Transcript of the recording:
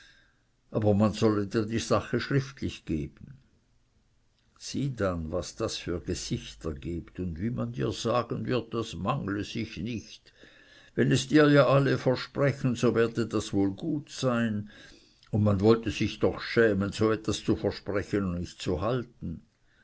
aber man solle dir die sache gschriftlich geben sieh dann was das für gesichter gibt und wie man dir sagen wird das mangle sich nicht wenn es dir ja alle versprechen so werde das wohl gut sein und man wollte sich doch schämen so etwas zu versprechen und nicht zu halten